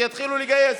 שיתחילו לגייס.